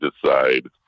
decide